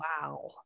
Wow